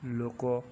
ଲୋକ